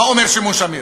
מה אומר שמעון שמיר?